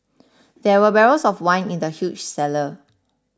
there were barrels of wine in the huge cellar